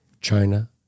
China